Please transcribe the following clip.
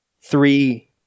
Three